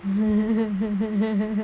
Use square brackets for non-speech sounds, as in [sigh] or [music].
[laughs]